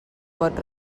pot